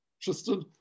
Tristan